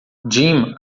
jim